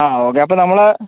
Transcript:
ആ ഓക്കെ അപ്പം നമ്മൾ